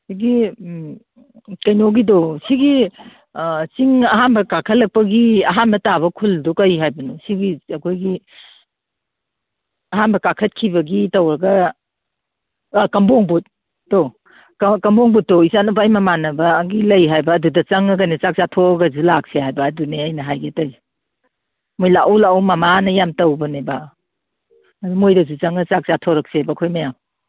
ꯁꯤꯒꯤ ꯁꯤꯒꯤ ꯀꯩꯅꯣꯒꯤꯗꯣ ꯁꯤꯒꯤ ꯆꯤꯡ ꯑꯍꯥꯟꯕ ꯀꯥꯈꯠꯂꯛꯄꯒꯤ ꯑꯍꯥꯟꯕ ꯇꯥꯕ ꯈꯨꯜꯗꯣ ꯀꯩ ꯍꯥꯏꯕꯅꯣ ꯁꯤꯒꯤ ꯑꯩꯈꯣꯏꯒꯤ ꯑꯍꯥꯟꯕ ꯀꯥꯈꯠꯈꯤꯕꯒꯤ ꯇꯧꯔꯒ ꯀꯕꯣꯡꯕꯨꯠꯇꯣ ꯀꯕꯣꯡꯕꯨꯠꯇꯣ ꯏꯆꯥꯅꯨꯄꯥꯒꯤ ꯃꯃꯥꯟꯅꯕꯒꯤ ꯂꯩ ꯍꯥꯏꯕ ꯑꯗꯨꯗ ꯆꯪꯉꯒꯅꯦ ꯆꯥꯛ ꯆꯥꯊꯣꯛꯑꯒꯁꯨ ꯂꯥꯛꯁꯦ ꯍꯥꯏꯕ ꯑꯗꯨꯅꯦ ꯑꯩꯅ ꯍꯥꯏꯒꯦ ꯇꯧꯏꯁꯦ ꯃꯣꯏ ꯂꯥꯛꯎ ꯂꯥꯛꯎ ꯃꯃꯥꯑꯅ ꯌꯥꯝ ꯇꯧꯕꯅꯤꯕ ꯑꯗꯨ ꯃꯣꯏꯗꯁꯨ ꯆꯪꯉ ꯆꯥꯛ ꯆꯥꯊꯣꯔꯛꯁꯦꯕ ꯑꯩꯈꯣꯏ ꯃꯌꯥꯝ